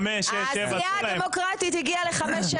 הסיעה הדמוקרטית הגיעה לחמש שנים.